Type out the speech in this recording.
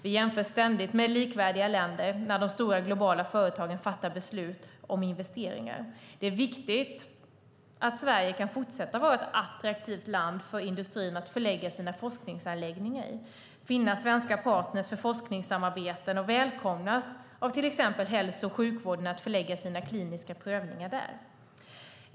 Vi jämförs ständigt med likvärdiga länder när de stora globala företagen fattar beslut om investeringar. Det är viktigt att Sverige kan fortsätta vara ett attraktivt land för industrin att förlägga sina forskningsanläggningar i, finna svenska partner för forskningssamarbeten och välkomnas av till exempel hälso och sjukvården för att förlägga sina kliniska prövningar här.